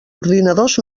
ordinadors